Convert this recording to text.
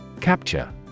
Capture